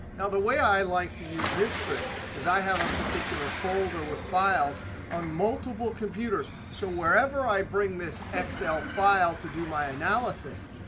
now the way i like to use this trick is i have a particular folder with files on multiple computers. so wherever i bring this excel file to do my analysis,